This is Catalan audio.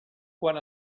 quan